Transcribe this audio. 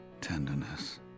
tenderness